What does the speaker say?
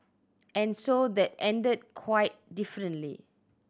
and so that ended quite differently